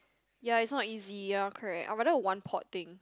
ya it's not easy you are correct I rather one pot thing